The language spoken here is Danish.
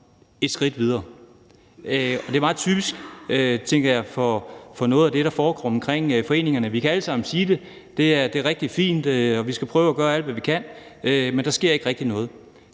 et skridt videre. Det er meget typisk, tænker jeg, for noget af det, der foregår omkring foreningerne. Vi kan alle sammen sige: Det er rigtig fint, og vi skal prøve at gøre alt, hvad vi kan, men der sker ikke rigtig noget.